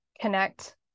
connect